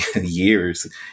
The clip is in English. years